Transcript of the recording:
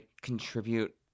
contribute